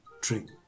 drink